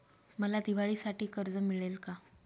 मला दिवाळीसाठी कर्ज मिळेल का?